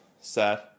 sad